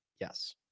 Yes